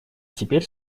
теперь